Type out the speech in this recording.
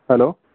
hello